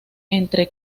entre